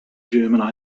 german